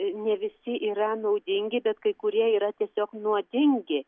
ne visi yra naudingi bet kai kurie yra tiesiog nuodingi